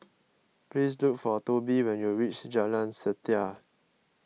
please look for Tobie when you reach Jalan Setia